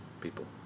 people